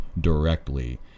directly